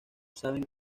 saben